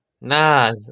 Nah